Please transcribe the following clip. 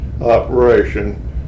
operation